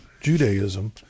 Judaism